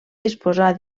disposar